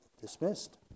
dismissed